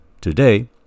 Today